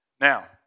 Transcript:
Now